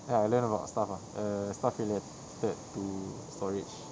ya I learnt a lot of stuff ah err stuff related to storage